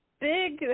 big